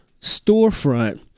storefront